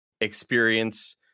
experience